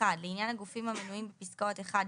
(1)לעניין הגופים המנויים בפסקאות (1),